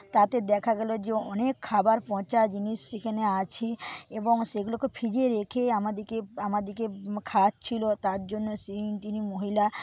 তাতে দেখা গেল যে অনেক খাবার পচা জিনিস সেখানে আছে এবং সেগুলোকে ফ্রিজে রেখেই আমাদেরকে আমাদেরকে খাওয়াচ্ছিল তার জন্য সেই তিনি মহিলা